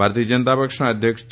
ભારતીય જનતા પક્ષના અધ્યક્ષ જે